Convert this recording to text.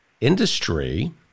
industry